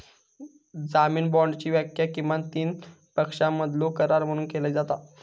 जामीन बाँडची व्याख्या किमान तीन पक्षांमधलो करार म्हणून केली जाता